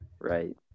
right